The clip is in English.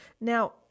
Now